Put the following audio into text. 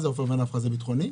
עופר ונפחא זה ביטחוני?